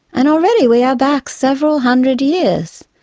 and already we are back several hundred years.